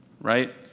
right